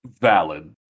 Valid